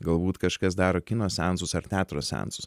galbūt kažkas daro kino seansus ar teatro seansus